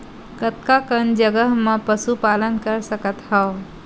कतका कन जगह म पशु पालन कर सकत हव?